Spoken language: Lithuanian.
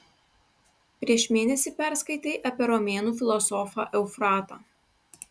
prieš mėnesį perskaitei apie romėnų filosofą eufratą